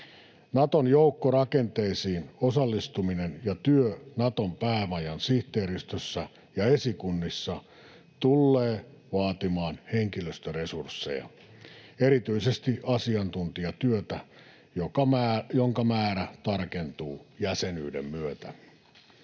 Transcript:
Naton joukkorakenteisiin osallistuminen ja työ Naton päämajan sihteeristössä ja esikunnissa tullee vaatimaan henkilöstöresursseja, erityisesti asiantuntijatyötä, jonka määrä tarkentuu jäsenyyden myötä.